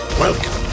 Welcome